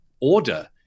order